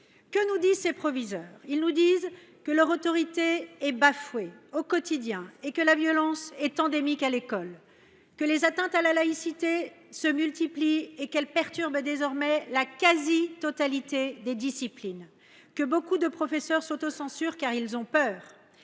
Que nous disent ces proviseurs ? Ils nous disent que leur autorité est bafouée au quotidien et que la violence est endémique à l’école. Que les atteintes à la laïcité se multiplient, et qu’elles perturbent désormais la quasi totalité des disciplines. Que beaucoup de professeurs s’autocensurent, car ils ont peur.